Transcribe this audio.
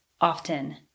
often